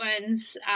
ones